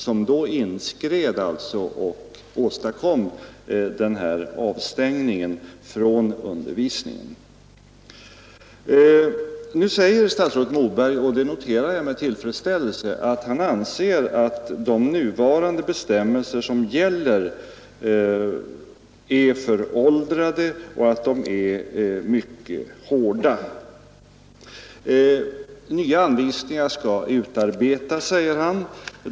Denne inskred då och åstadkom den här avstängningen från undervisningen. Nu säger statsrådet Moberg, och det noterar jag med tillfredsställelse, att han anser att de nuvarande bestämmelserna är både föråldrade och mycket hårda. Nya anvisningar skall utarbetas, säger han.